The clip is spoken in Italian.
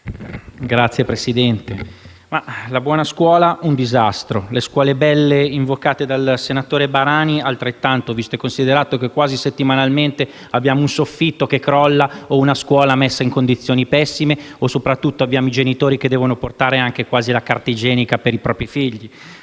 Signor Ministro, la buona scuola è un disastro, le scuole belle invocate dal senatore Barani altrettanto, visto che quasi settimanalmente abbiamo un soffitto che crolla o una scuola messa in condizioni pessime, e soprattutto abbiamo i genitori che quasi devono portare anche la carta igienica per i propri figli.